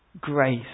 grace